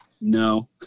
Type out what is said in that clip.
no